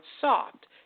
soft